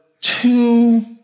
two